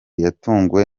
yatunguwe